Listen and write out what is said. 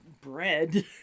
bread